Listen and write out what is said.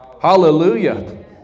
Hallelujah